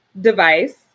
device